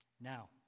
Now